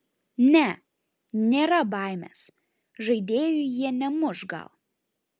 ne nėra baimės žaidėjų jie nemuš gal